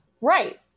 Right